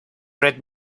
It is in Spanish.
red